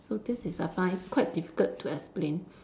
so this is a I find quite difficult to explain